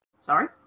Sorry